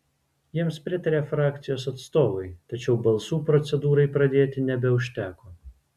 jiems pritarė frakcijos atstovai tačiau balsų procedūrai pradėti nebeužteko